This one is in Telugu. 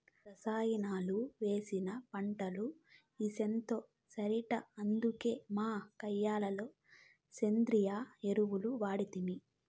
రసాయనాలు వేసిన పంటలు ఇసంతో సరట అందుకే మా కయ్య లో సేంద్రియ ఎరువులు వాడితిమి